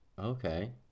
Okay